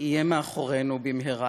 יהיה מאחורינו במהרה.